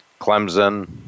Clemson